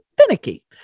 finicky